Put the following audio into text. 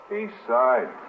Eastside